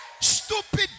stupid